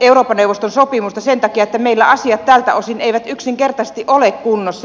euroopan neuvoston sopimusta sen takia että meillä asiat tältä osin eivät yksinkertaisesti ole kunnossa